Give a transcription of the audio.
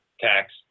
tax